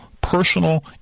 personal